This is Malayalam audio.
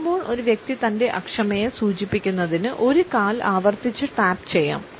നിൽക്കുമ്പോൾ ഒരു വ്യക്തി തന്റെ അക്ഷമയെ സൂചിപ്പിക്കുന്നതിന് ഒരു കാൽ ആവർത്തിച്ച് ടാപ്പുചെയ്യാം